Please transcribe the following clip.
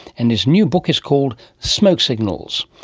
and his new book is called smoke signals.